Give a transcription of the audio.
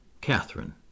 Catherine